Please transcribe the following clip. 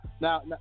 now